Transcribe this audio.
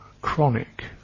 chronic